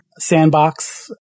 sandbox